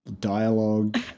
dialogue